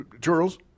Charles